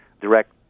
direct